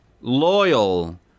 Loyal